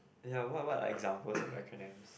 ya what what examples for acronym